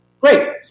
Great